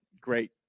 great